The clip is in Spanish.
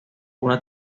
una